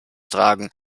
tragen